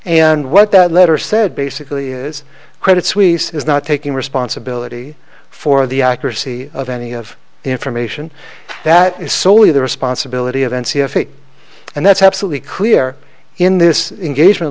and what that letter said basically is credit suisse is not taking responsibility for the accuracy of any of the information that is soley the responsibility of n c f it and that's absolutely clear in this engagement